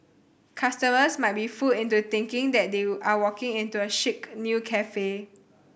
customers might be fooled into thinking that they are walking into a chic new cafe